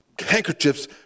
handkerchiefs